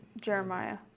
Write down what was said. Jeremiah